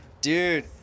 Dude